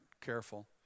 careful